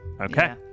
Okay